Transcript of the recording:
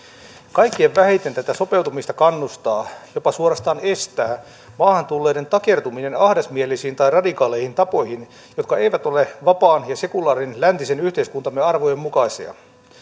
kaikkein vähiten tätä sopeutumista kannustaa sitä jopa suorastaa estää maahan tulleiden takertuminen ahdasmielisiin tai radikaaleihin tapoihin jotka eivät ole vapaan ja sekulaarin läntisen yhteiskuntamme arvojen mukaisia